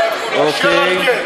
תקצר.